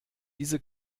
diese